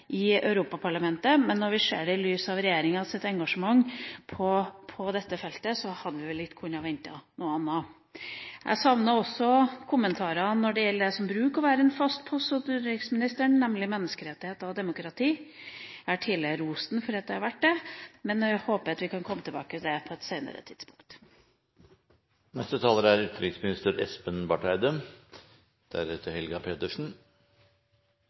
i Europaparlamentet. Men sett i lys av regjeringas engasjement på dette feltet hadde vi vel ikke kunnet vente noe annet. Jeg savnet også kommentarer når det gjelder det som bruker å være en fast post hos utenriksministeren, nemlig menneskerettigheter og demokrati. Jeg har tidligere rost ham for at det har vært en fast post, men jeg håper at vi kan komme tilbake til det på et